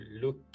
look